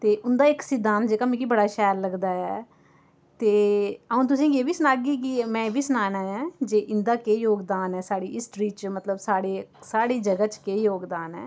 ते उन्दा इक सिद्धांत जेह्का मिगी बड़ा शैल लगदा ऐ ते आ'उं तुसेंगी एह् बी सनाह्गी कि मैं एह् बी सनाना ऐ जे इन्दा केह् योगदान ऐ साढ़ी हिस्टरी च मतलब साढ़े साढ़ी जगह च केह् योगदान ऐ